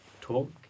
talk